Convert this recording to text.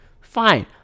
Fine